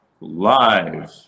live